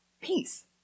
Peace